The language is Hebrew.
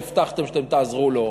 שהבטחתם שאתם תעזרו לו,